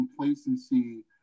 complacency